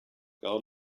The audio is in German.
gar